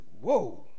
Whoa